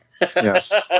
Yes